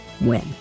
win